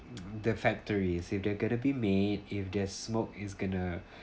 the factories if they're going to be made if their smoke is gonna